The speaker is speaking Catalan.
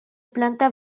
planta